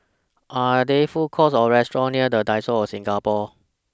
Are There Food Courts Or restaurants near The Diocese Singapore